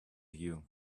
you